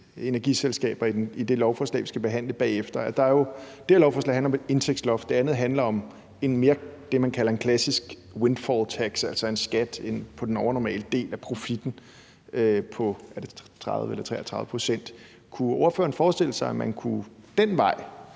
energiselskaber i det lovforslag, vi skal behandle bagefter? Det her lovforslag handler om et indtægtsloft, og det andet handler mere om det, man kalder en klassisk windfalltax , altså en skat på den overnormale del af profitten på, er det 30 eller 33 pct. Kunne ordføreren forestille sig, at man ad den vej